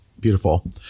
Beautiful